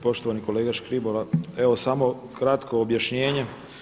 Poštovani kolega Škribola, evo samo kratko objašnjenje.